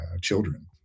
children